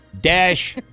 Dash